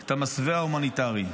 את המסווה ההומניטרי.